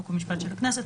חוק ומשפט של הכנסת,